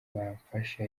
bamfashe